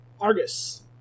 Argus